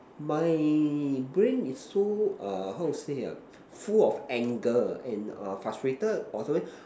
my brain is so err how to say ah full of anger and err frustrated or sometime